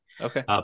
Okay